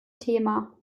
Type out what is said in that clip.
thema